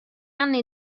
anni